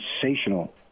sensational